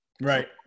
Right